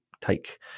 take